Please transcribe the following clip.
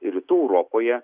rytų europoje